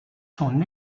son